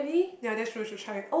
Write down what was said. ya that's true you should try it